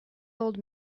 old